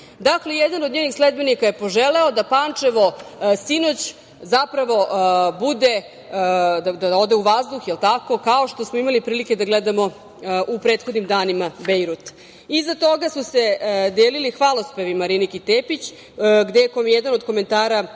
Bejrut. Dakle, jedan od njenih sledbenika je poželeo da Pančevo ode u vazduh, kao što smo imali prilike da gledamo u prethodnim danima Bejrut. Iza toga su se delili hvalospevi Mariniki Tepić, gde je jedan od komentara